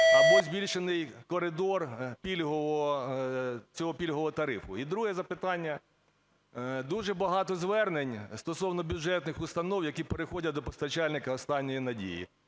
або збільшений коридор цього пільгового тарифу? І друге запитання. Дуже багато звернень стосовно бюджетних установ, які переходять до постачальника "останньої надії".